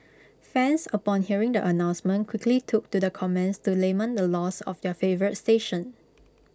fans upon hearing the announcement quickly took to the comments to lament the loss of their favourite station